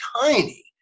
tiny